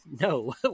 No